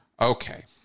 Okay